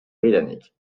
britanniques